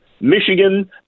Michigan